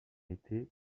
été